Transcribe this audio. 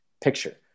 picture